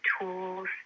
tools